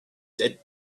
that